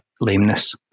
lameness